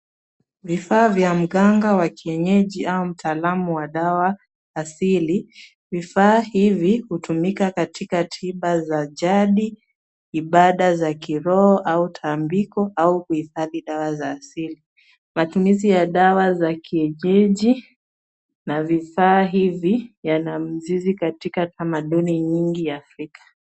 Vifaa vya mganga wa kienyeji au mtaalamu wa dawa asili. Vifaa hivi hutumika katika tiba za jadi, ibada za kiroho au tambiko au kuhifadhi dawa za asili. Matumizi ya dawa za kienyeji na vifaa hivi yana mzizi katika tamaduni nyingi Afrika.